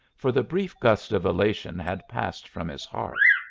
for the brief gust of elation had passed from his heart.